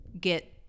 get